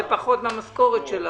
זה פחות מהמשכורת שלה.